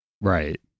Right